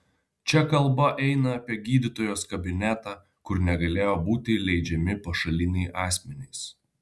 čia kalba eina apie gydytojos kabinetą kur negalėjo būti įleidžiami pašaliniai asmenys